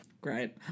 Great